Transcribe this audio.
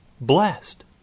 blessed